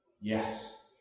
Yes